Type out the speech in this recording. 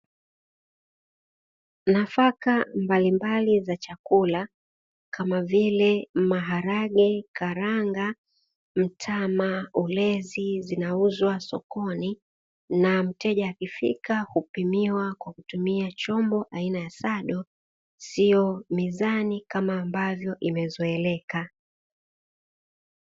Nafaka mbalimbali za chakula kama vile maharage, karanga ,mtama ,ulezi zinauzwa sokoni na mteja akifika kupimiwa kwa kutumia chombo aina ya saado sio mizani kama ambavyo imezoeleka.